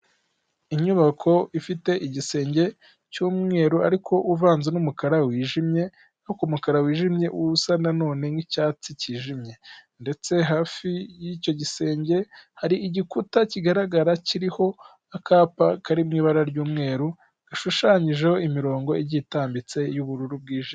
Inyubako ifite igisenge cy'umweru ariko uvanze n'umukara wijimye, ariko umukara wijimye usa nanone nk'icyatsi cyijimye. Ndetse hafi y'icyo gisenge, hari igikuta kigaragara kiriho akapa kari mu ibara ry'umweru, gashushanyijeho imirongo igiye itambitse y'ubururu bwijimye.